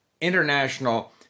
international